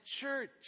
church